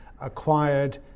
acquired